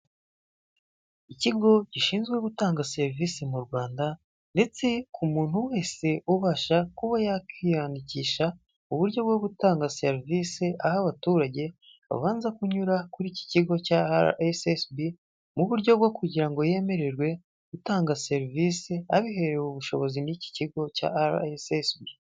Ikigo gishinzwe gutanga serivisi mu Rwanda ndetse ku muntu wese ubasha kuba yakwiyandikisha, uburyo bwo gutanga serivisi, aho abaturage babanza kunyura kuri iki kigo cya Ara esesibi mu buryo bwo kugira ngo yemererwe gutanga serivisi, abiherewe ubushobozi n'iki kigo cya Ara esesibi.